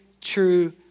true